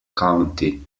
county